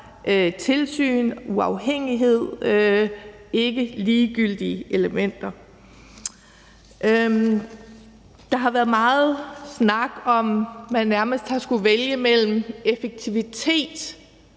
tilsyn og uafhængighed ikke ligegyldige elementer. Der har været meget snak om, at man nærmest har skullet vælge mellem effektivitet